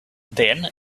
then